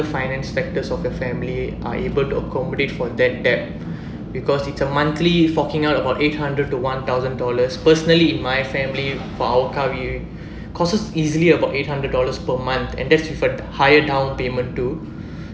finance factors of the family are able to accommodate for that debt because it's a monthly forking out about eight hundred to one thousand dollars personally in my family for our car will cost us easily about eight hundred dollars per month and that's for higher down payment too